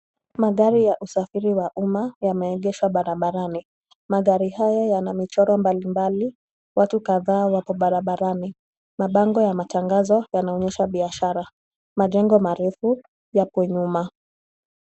Magari ya usafiri wa umma yameegeshwa barabarani. Magari haya yana michoro mbalimbali. Watu kadhaa wako barabarani. Mabango ya matangazo yanaonyesha biashara. Majengo marefu yapo nyuma.